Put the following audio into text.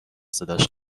صداش